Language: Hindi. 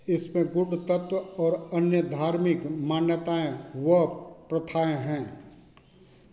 इसमें गूढ तत्व और अन्य धार्मिक मान्यताएँ व प्रथाएँ हैं